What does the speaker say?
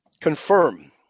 confirm